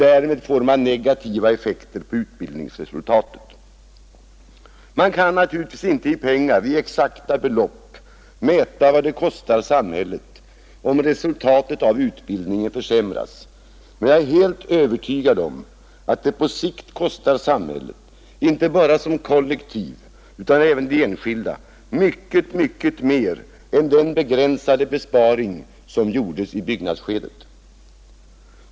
Därmed får man negativa effekter på utbildningsresultatet. Man kan naturligtvis inte i exakta belopp mäta vad det kostar samhället om resultatet av utbildningen försämras, men jag är helt övertygad om att det på sikt kostar samhället — inte bara som kollektiv utan även de enskilda — mycket mer än den begränsade besparing som gjordes i byggnadsskedet.